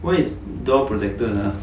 what is door protector ah